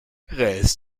reiß